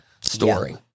story